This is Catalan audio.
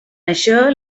això